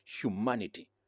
humanity